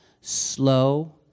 slow